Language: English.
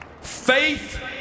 Faith